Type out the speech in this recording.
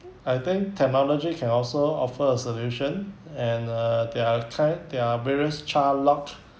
I think technology can also offer a solution and uh there are kind there're various child lock